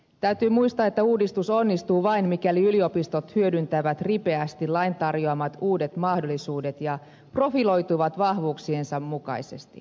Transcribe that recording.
täytyy muistaa että uudistus onnistuu vain mikäli yliopistot hyödyntävät ripeästi lain tarjoamat uudet mahdollisuudet ja profiloituvat vahvuuksiensa mukaisesti